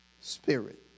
spirit